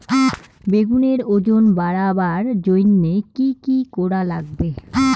বেগুনের ওজন বাড়াবার জইন্যে কি কি করা লাগবে?